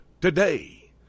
today